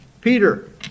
Peter